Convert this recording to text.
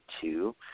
two